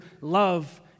love